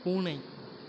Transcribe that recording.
பூனை